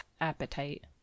appetite